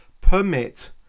permit